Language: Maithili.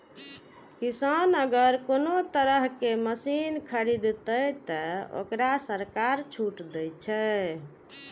किसान अगर कोनो तरह के मशीन खरीद ते तय वोकरा सरकार छूट दे छे?